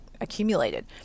accumulated